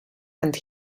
and